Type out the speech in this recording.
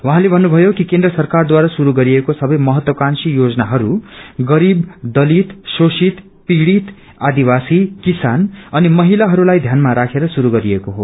उहाँले भन्नुभयो कि केन्द्र सरकारद्वारा शुरू गरिएको सबै महत्वकाबी योजनाहरू गरीब दलित शोषित पीड़ित आदिवासी किसान अनि महिलाहरूलाई ध्यानमा राखेर शुरू गरिएको हो